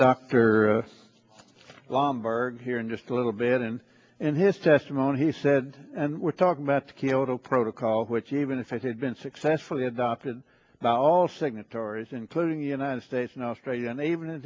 c lomborg here in just a little bit and in his testimony he said and we're talking about the kyoto protocol which even if it had been successfully adopted by all signatories including the united states and australia and even